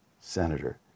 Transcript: Senator